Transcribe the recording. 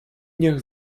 niech